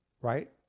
right